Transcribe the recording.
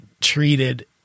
treated